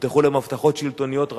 הובטחו להם הבטחות שלטוניות רבות,